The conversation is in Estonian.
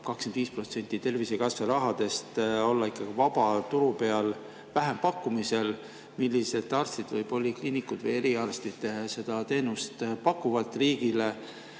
25% Tervisekassa rahast olla ikkagi vabaturu peal vähempakkumisel, et millised arstid või polikliinikud või eriarstid siis seda teenust hakkavad riigile